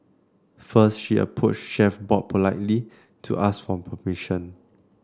first she approached Chef Bob politely to ask for permission